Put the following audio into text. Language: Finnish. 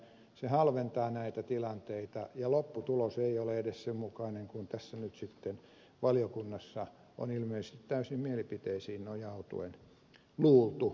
se halventaa näitä tilanteita ja lopputulos ei ole edes sen mukainen kuin tässä nyt sitten valiokunnassa on ilmeisesti täysin mielipiteisiin nojautuen luultu